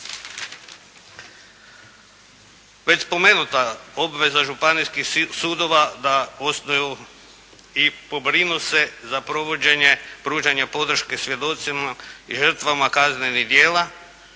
Već spomenuta obveza županijskih sudova da osnuju i pobrinu se za provođenje pružanja podrške svjedocima i žrtvama kaznenih djela